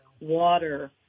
water